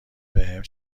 بهم